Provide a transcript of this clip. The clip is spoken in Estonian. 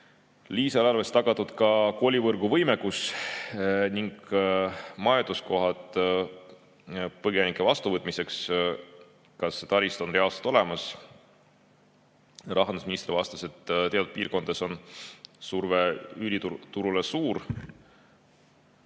lisaeelarves tagatud ka koolivõrgu võimekus ning majutuskohad põgenike vastuvõtmiseks. Kas taristu on reaalselt olemas? Rahandusminister vastas, et teatud piirkondades on surve üüriturule suur,